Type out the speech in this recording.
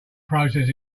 process